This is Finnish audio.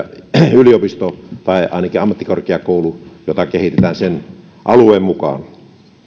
yliopisto tai ainakin ammattikorkeakoulu jota kehitetään sen alueen mukaan